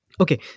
Okay